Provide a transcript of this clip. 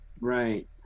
Right